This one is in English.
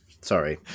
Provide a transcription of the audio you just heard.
Sorry